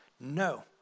No